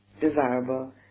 desirable